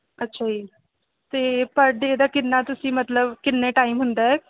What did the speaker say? ਅੱਛਾ ਜੀ ਤੇ ਪਰ ਡੇ ਦਾ ਕਿੰਨਾ ਤੁਸੀਂ ਮਤਲਬ ਕਿੰਨੇ ਟਾਈਮ ਹੁੰਦਾ